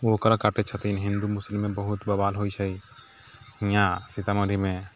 ओ ओकरा काटै छथिन्ह हिन्दू मुस्लिममे बहुत बवाल होइ छै यहाँ सीतामढ़ीमे